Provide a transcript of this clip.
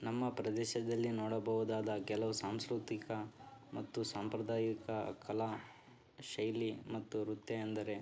ನಮ್ಮ ಪ್ರದೇಶದಲ್ಲಿ ನೋಡಬಹುದಾದ ಕೆಲವು ಸಾಂಸ್ಕೃತಿಕ ಮತ್ತು ಸಾಂಪ್ರದಾಯಿಕ ಕಲಾ ಶೈಲಿ ಮತ್ತು ವೃತ್ತಿ ಎಂದರೆ